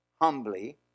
humbly